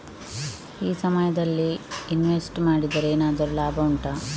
ಈ ಸಮಯದಲ್ಲಿ ಇನ್ವೆಸ್ಟ್ ಮಾಡಿದರೆ ಏನಾದರೂ ಲಾಭ ಉಂಟಾ